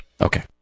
Okay